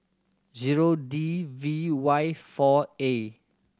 zero D V Y four A